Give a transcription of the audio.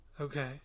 okay